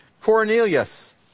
Cornelius